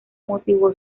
motivó